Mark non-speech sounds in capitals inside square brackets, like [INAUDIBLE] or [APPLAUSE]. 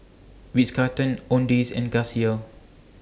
Ritz Carlton [NOISE] Owndays and Casio